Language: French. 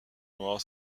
noire